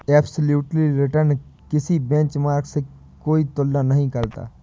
absolute return किसी benchmark से कोई तुलना नहीं करता